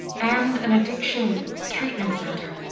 and an addiction treatment center.